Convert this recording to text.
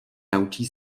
naučí